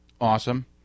awesome